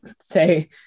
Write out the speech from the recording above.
say